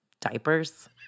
diapers